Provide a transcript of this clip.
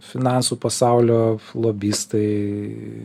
finansų pasaulio lobistai